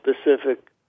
specific